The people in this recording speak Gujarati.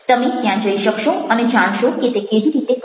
તમે ત્યાં જઈ શકશો અને જાણશો કે તે કેવી રીતે કરવું